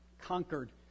conquered